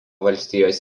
valstijos